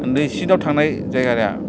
उन्दैसिनाव थांनाय जायगाया